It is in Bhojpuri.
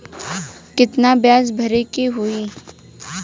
कितना ब्याज भरे के होई?